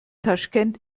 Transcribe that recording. taschkent